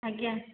ଆଜ୍ଞା